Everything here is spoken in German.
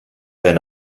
denn